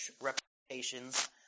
representations